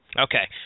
Okay